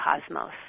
cosmos